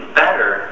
better